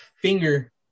finger